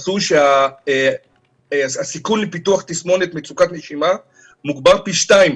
מצאו שהסיכון לפיתוח תסמונת מצוקת נשימה מוגבר פי שתיים